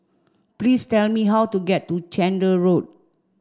please tell me how to get to Chander Road